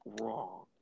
wrong